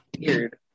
weird